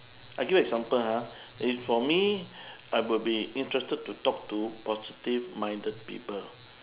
I give you example ha if for me I will be interested to talk to positive minded people